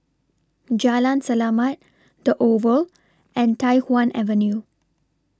Jalan Selamat The Oval and Tai Hwan Avenue